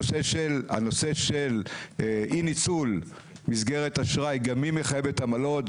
הנושא של אי ניצול מסגרת אשראי גם היא מחייבת עמלות.